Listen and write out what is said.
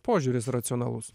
požiūris racionalus